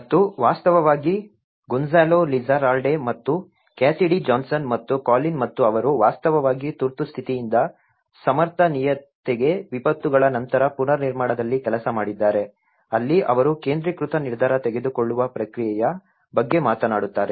ಮತ್ತು ವಾಸ್ತವವಾಗಿ Gonzalo Lizarralde ಮತ್ತು ಕ್ಯಾಸಿಡಿ ಜಾನ್ಸನ್ ಮತ್ತು ಕಾಲಿನ್ ಮತ್ತು ಅವರು ವಾಸ್ತವವಾಗಿ ತುರ್ತುಸ್ಥಿತಿಯಿಂದ ಸಮರ್ಥನೀಯತೆಗೆ ವಿಪತ್ತುಗಳ ನಂತರ ಪುನರ್ನಿರ್ಮಾಣದಲ್ಲಿ ಕೆಲಸ ಮಾಡಿದ್ದಾರೆ ಅಲ್ಲಿ ಅವರು ಕೇಂದ್ರೀಕೃತ ನಿರ್ಧಾರ ತೆಗೆದುಕೊಳ್ಳುವ ಪ್ರಕ್ರಿಯೆಯ ಬಗ್ಗೆ ಮಾತನಾಡುತ್ತಾರೆ